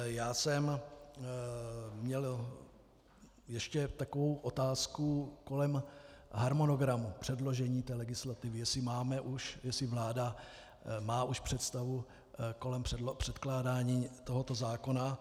Já jsem měl ještě takovou otázku kolem harmonogramu předložení legislativy, jestli má vláda už představu kolem předkládání tohoto zákona.